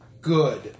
good